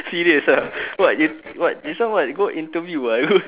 serious ah what you what this one what go interview ah